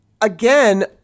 again